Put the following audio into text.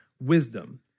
wisdom